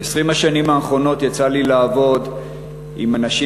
ב-20 השנים האחרונות יצא לי לעבוד עם אנשים